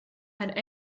had